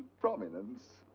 prominence.